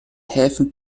häfen